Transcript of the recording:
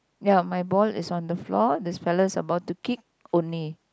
ya my ball is on the floor this fellow is about to kick only